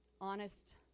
honest